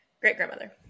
Great-grandmother